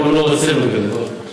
אם הוא לא רוצה, הוא יקבל.